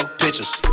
pictures